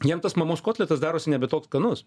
jiem tas mamos kotletas darosi nebe toks skanus